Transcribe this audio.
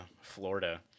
Florida